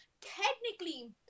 Technically